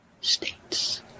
states